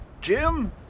Jim